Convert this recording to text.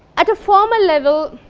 at a formal level,